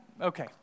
okay